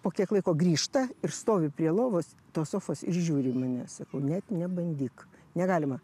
po kiek laiko grįžta ir stovi prie lovos tos sofos ir žiūri į mane sakau net nebandyk negalima